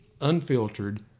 unfiltered